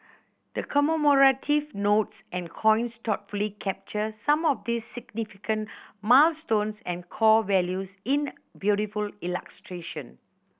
the commemorative notes and coins thoughtfully capture some of these significant milestones and core values in beautiful illustration